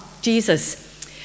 Jesus